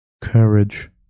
Courage